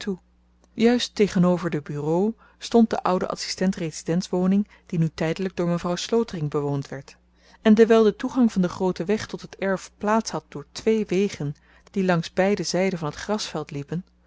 juist tegenover de bureaux stond de oude adsistent residents woning die nu tydelyk door mevrouw slotering bewoond werd en dewyl de toegang van den grooten weg tot het erf plaats had door twee wegen die langs beide zyden van t grasveld liepen